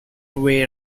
way